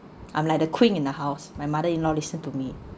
I'm like the queen in the house my mother in law listen to me